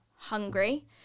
hungry